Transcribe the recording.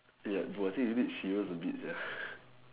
ya but I see you need shield to beat